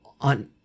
on